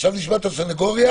עכשיו נשמע את הסנגוריה,